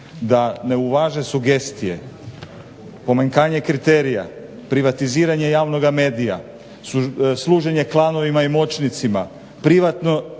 da ne uvaže sugestije, pomanjkanje kriterija, privatiziranje javnoga medija, služenje klanovima i moćnicima, privatno